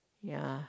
ya